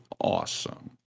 awesome